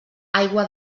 aigua